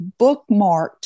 bookmarked